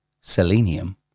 selenium